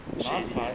shady eh